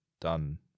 done